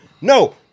no